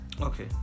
Okay